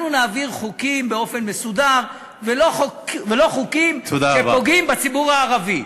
אנחנו נעביר חוקים באופן מסודר ולא חוקים שפוגעים בציבור הערבי.